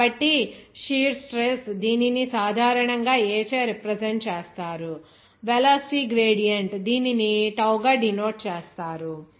కాబట్టి shear stress దీనిని సాధారణంగా A చే రిప్రజెంట్ చేస్తారు వెలాసిటీ గ్రేడియంట్ దీనిని tau గా డినోట్ చేస్తారు